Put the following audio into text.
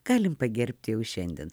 galim pagerbt jau šiandien